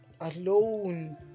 alone